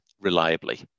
reliably